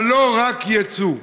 אבל לא רק יצוא.